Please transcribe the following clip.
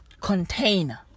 Container